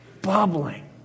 bubbling